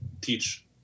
teach